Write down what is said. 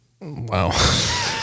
Wow